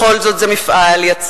בכל זאת זה מפעל יצרני,